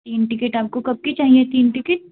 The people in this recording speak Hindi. तीन टिकेट आपको कब की चाहिए तीन टिकेट